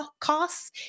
costs